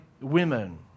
women